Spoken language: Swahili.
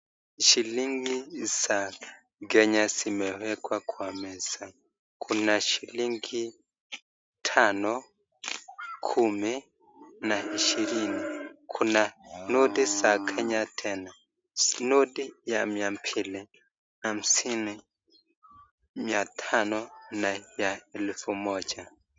Shilingi za Kenya zimewekwa kwa meza. Kuna shilingi tano, kumi na ishirini. Kuna noti za Kenya tena, noti ya mia mbili, hamsini, mia tano na ya elfu moja.